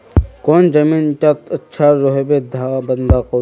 कौन जमीन टत अच्छा रोहबे बंधाकोबी?